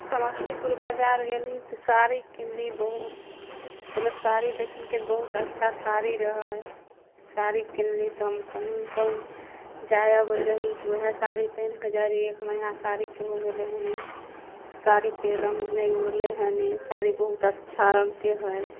समस्तीपुर बाजार गेली तऽ साड़ी किनली बहुत तरहक साड़ी देखलकै बहुत अच्छा साड़ी रहै साड़ी किनली तऽ हम कहूँ कहूँ जाइ अबै रही तऽ वएह साड़ी पेहिर कऽ जाइ रहियै एक महीना साड़ीके भऽ गेलै हने साड़ीके रङ्ग नहि उड़लै हने साड़ी बहुत अच्छा रङ्गके है